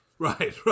Right